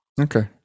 Okay